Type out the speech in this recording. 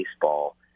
baseball